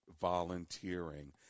volunteering